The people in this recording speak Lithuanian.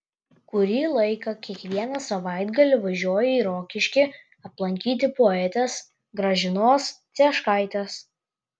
kurį laiką kiekvieną savaitgalį važiuoju į rokiškį aplankyti poetės gražinos cieškaitės